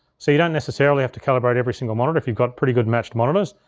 so you don't necessarily have to calibrate every single monitor if you've got pretty good matched monitors.